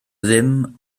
ddim